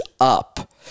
up